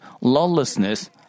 lawlessness